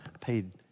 paid